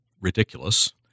ridiculous